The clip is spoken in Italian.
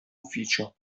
ufficio